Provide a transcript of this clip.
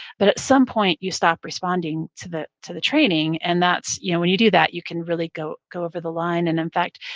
but at some point, you stop responding to the to the training, and you know when you do that, you can really go go over the line. and in fact,